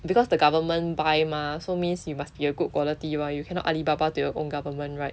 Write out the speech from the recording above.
because the government buy mah so means you must be a good quality while you cannot alibaba to your own government right